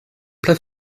plat